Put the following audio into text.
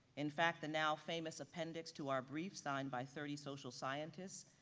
in fact, the now famous appendix to our brief signed by thirty social scientists,